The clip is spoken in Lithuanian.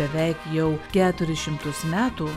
beveik jau keturis šimtus metų